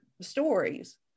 stories